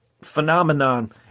phenomenon